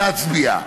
להצביע,